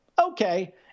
Okay